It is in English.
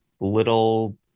little